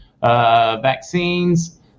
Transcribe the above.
vaccines